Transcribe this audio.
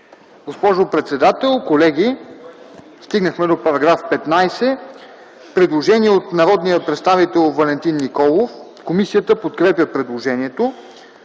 Госпожо председател, колеги, стигнахме до § 15 - предложение от народния представител Валентин Николов. Комисията подкрепя предложението.